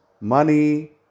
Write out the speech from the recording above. money